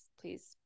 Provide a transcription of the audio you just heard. please